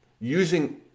using